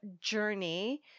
journey